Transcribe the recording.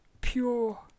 pure